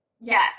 Yes